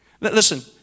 Listen